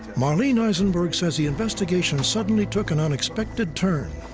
marlene aisenberg says the investigation suddenly took an unexpected turn,